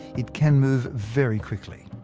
it can move very quickly.